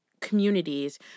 communities